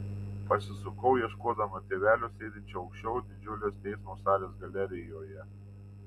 pasisukau ieškodama tėvelio sėdinčio aukščiau didžiulės teismo salės galerijoje